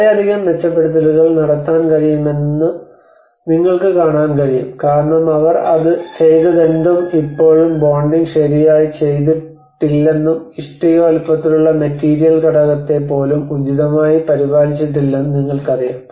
വളരെയധികം മെച്ചപ്പെടുത്തലുകൾ നടത്താൻ കഴിയുമെന്ന് നിങ്ങൾക്ക് കാണാൻ കഴിയും കാരണം അവർ അത് ചെയ്തതെന്തും ഇപ്പോഴും ബോണ്ടിംഗ് ശരിയായി ചെയ്തിട്ടില്ലെന്നും ഇഷ്ടിക വലുപ്പത്തിലുള്ള മെറ്റീരിയൽ ഘടകത്തെ പോലും ഉചിതമായി പരിപാലിച്ചിട്ടില്ലെന്ന് നിങ്ങൾക്കറിയാം